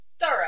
thorough